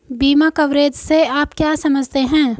बीमा कवरेज से आप क्या समझते हैं?